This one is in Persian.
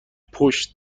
پشت